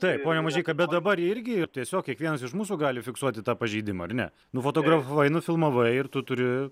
taip pone mažeika bet dabar irgi tiesiog kiekvienas iš mūsų gali fiksuoti tą pažeidimą ar ne nufotografavai nufilmavai ir tu turi